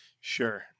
Sure